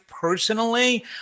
personally